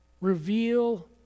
reveal